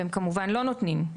והם כמובן לא נותנים.